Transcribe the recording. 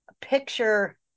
picture